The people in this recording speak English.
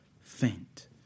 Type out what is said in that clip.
faint